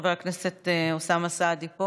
חבר הכנסת אוסאמה סעדי,